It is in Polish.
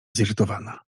zirytowana